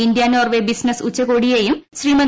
India Norway business ഉച്ചകോടിയേയും ശ്രീമതി